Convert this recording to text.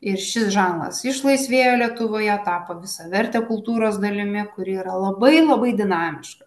ir šis žanras išlaisvėjo lietuvoje tapo visaverte kultūros dalimi kuri yra labai labai dinamiška